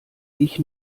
ich